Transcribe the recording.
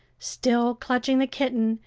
still clutching the kitten,